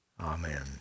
amen